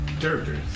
characters